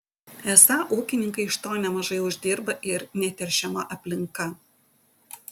esą ūkininkai iš to nemažai uždirba ir neteršiama aplinka